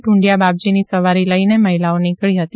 ઢૂંઢિયા બાપજીની સવારી લઈને મહિલાઓ નીકળી હતી